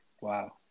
Wow